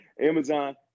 Amazon